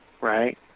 right